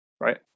Right